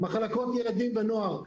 מחלקות ילדים ונוער,